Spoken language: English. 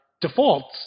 defaults